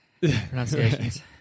pronunciations